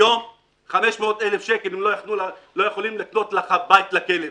היום עם 500,000 שקל לא יכולים לקנות אפילו מלונה לכלב,